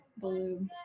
Blue